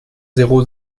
zéro